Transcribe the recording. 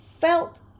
felt